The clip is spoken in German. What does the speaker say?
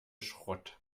schrott